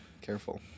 careful